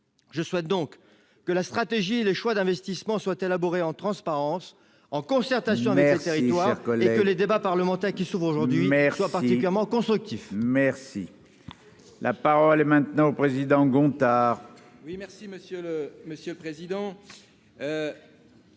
je souhaite donc que la stratégie, les choix d'investissement soit élaboré en transparence, en concertation, mais elle territoire que les que les débats parlementaires qui s'ouvre aujourd'hui mère soit particulièrement constructif.